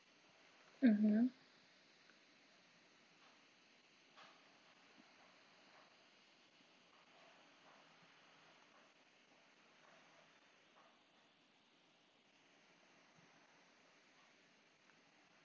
mmhmm